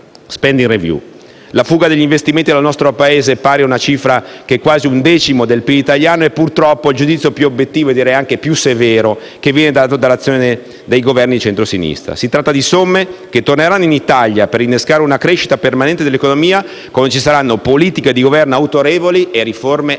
La fuga degli investimenti dal nostro Paese - pari a una cifra che è quasi un decimo del PIL italiano - è, purtroppo, il giudizio più obiettivo e più severo che viene dato all'azione dei Governi di centro-sinistra. Si tratta di somme che torneranno in Italia per innescare una crescita permanente dell'economia, quando ci saranno politiche di Governo autorevoli e riforme autentiche.